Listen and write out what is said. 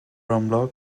رامبلا